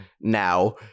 now